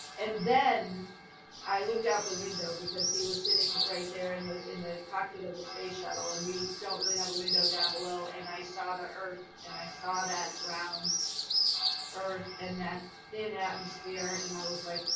and then i looked out the window, because he was sitting right there in the in the cockpit of the space shuttle, and we don't really have a window down below, and i saw the earth. and i saw that round earth and that thin atmosphere. and i was like,